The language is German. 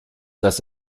dass